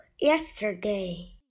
yesterday